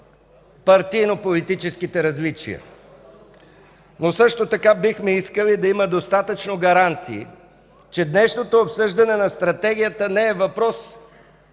партийно-политическите различия. Но също така бихме искали да има достатъчно гаранции, че днешното обсъждане на Стратегията не е дискусия,